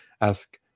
ask